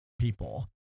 people